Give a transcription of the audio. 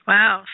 Wow